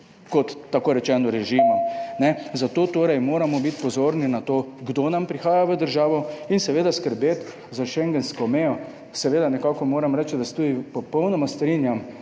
konec razprave/ Kajne? Zato torej moramo biti pozorni na to, kdo nam prihaja v državo in seveda skrbeti za schengensko mejo. Seveda, nekako moram reči, da se tudi popolnoma strinjam